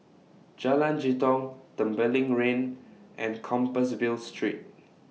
Jalan Jitong Tembeling Lane and Compassvale Street